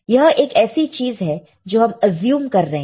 यह एक ऐसी चीज है जो हम अज्यूम कर रहे हैं